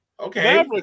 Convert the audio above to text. Okay